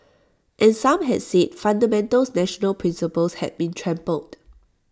and some had said fundamental national principles had been trampled